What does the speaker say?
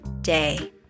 day